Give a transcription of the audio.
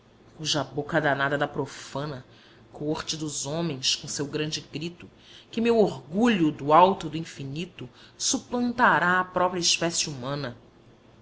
a boca danada da profana coorte dos homens com o seu grande grito que meu orgulho do alto do infinito suplantará a própria espécie humana